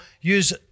use